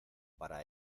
para